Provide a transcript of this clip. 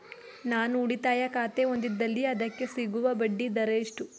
ನಾನು ಉಳಿತಾಯ ಖಾತೆ ಹೊಂದಿದ್ದಲ್ಲಿ ಅದಕ್ಕೆ ಸಿಗುವ ಬಡ್ಡಿ ದರ ಎಷ್ಟು?